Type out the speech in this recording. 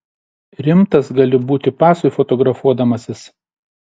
rimtas gali būti pasui fotografuodamasis